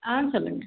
ஆ சொல்லுங்க